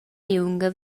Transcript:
liunga